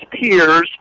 peers